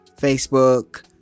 facebook